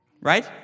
right